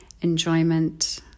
enjoyment